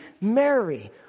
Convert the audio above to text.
Mary